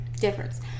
difference